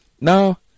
Now